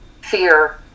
fear